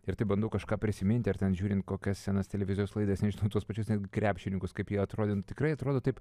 ir taip bandau kažką prisiminti ar ten žiūrint kokias scenas televizijos laidas nežinau tuos pačius krepšininkus kaip ji atrodė nu tikrai atrodo taip